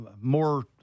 more